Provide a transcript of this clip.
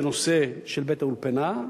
בנושא של גבעת-האולפנה,